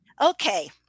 Okay